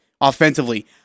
offensively